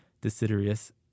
Desiderius